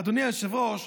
אדוני היושב-ראש,